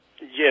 Yes